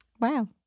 Wow